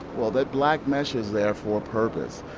well that black mesh is there for a purpose.